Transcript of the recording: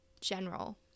general